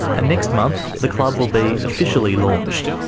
and next month, the club will be officially launched.